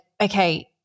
okay